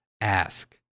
ask